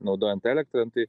naudojant elektrą nu tai